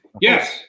Yes